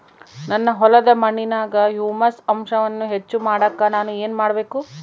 ನನ್ನ ಹೊಲದ ಮಣ್ಣಿನಾಗ ಹ್ಯೂಮಸ್ ಅಂಶವನ್ನ ಹೆಚ್ಚು ಮಾಡಾಕ ನಾನು ಏನು ಮಾಡಬೇಕು?